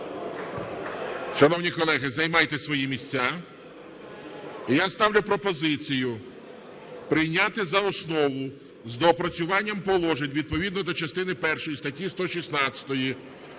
Шановні колеги, займайте свої місця. І я ставлю пропозицію прийняти за основу з доопрацюванням положень відповідно до частини першої статті 116